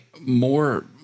more